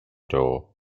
doe